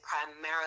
primarily